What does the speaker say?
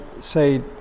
say